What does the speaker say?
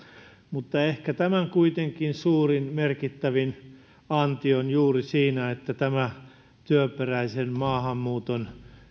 mutta ehkä tämän kuitenkin suurin merkittävin anti on juuri siinä että tämä työperäisen maahanmuuton